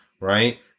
right